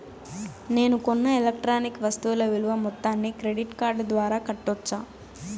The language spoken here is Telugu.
నేను కొన్న ఎలక్ట్రానిక్ వస్తువుల విలువ మొత్తాన్ని క్రెడిట్ కార్డు ద్వారా కట్టొచ్చా?